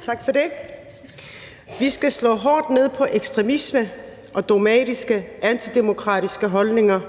Tak for det. Vi ska slå hårdt ned på ekstremisme og dogmatiske, antidemokratiske holdninger,